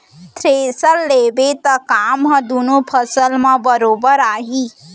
thresher लेबे त काम ह दुनों फसल म बरोबर आही